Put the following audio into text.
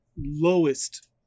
lowest